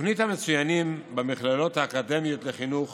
תוכנית המצוינים במכללות האקדמיות לחינוך